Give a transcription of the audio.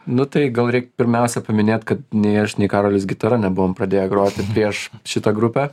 nu tai gal reik pirmiausia paminėt kad nei aš nei karolis gitara nebuvom pradėję groti prieš šitą grupę